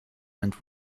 sind